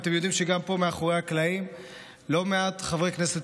אבל אתם יודעים שגם פה מאחורי הקלעים לא מעט חברי כנסת